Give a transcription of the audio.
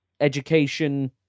education